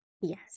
Yes